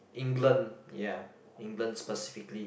England ya England specifically